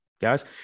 guys